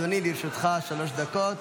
בבקשה, אדוני, לרשותך שלוש דקות.